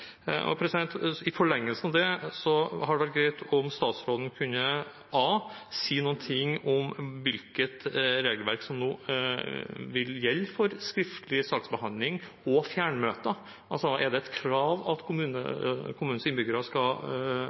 og diskusjonene som går i kommunestyret. I forlengelsen av det hadde det vært greit om statsråden for det første kunne si noe om hvilket regelverk som nå vil gjelde for skriftlig saksbehandling og fjernmøter. Er det et krav at kommunens innbyggere skal